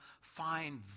find